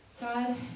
God